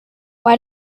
why